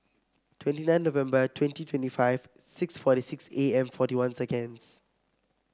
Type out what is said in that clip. twenty nine November twenty twenty five six forty six A M forty one seconds